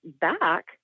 back